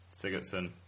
Sigurdsson